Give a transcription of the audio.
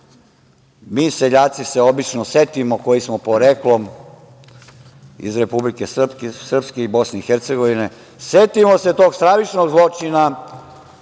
mi seljaci se obično setimo, koji smo poreklom iz Republike Srpske i Bosne i Hercegovine, tog stravičnog zločina